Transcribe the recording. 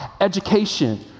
education